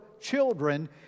children